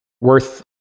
worth